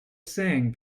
saying